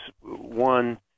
one